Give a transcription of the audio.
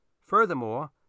Furthermore